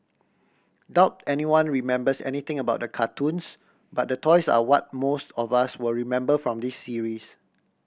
doubt anyone remembers anything about the cartoons but the toys are what most of us will remember from this series